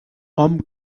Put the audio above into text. hom